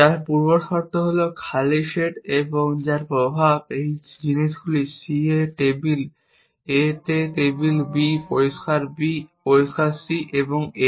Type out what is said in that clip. যার পূর্বশর্ত হল খালি সেট এবং যার প্রভাব এই জিনিসগুলি C এ টেবিল A এ টেবিল B পরিষ্কার B পরিষ্কার C এবং A